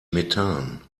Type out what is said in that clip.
methan